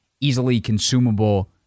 easily-consumable